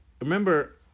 Remember